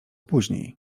później